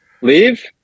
Leave